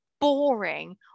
boring